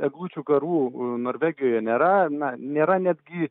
eglučių karų norvegijoje nėra na nėra netgi